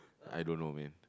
I don't know man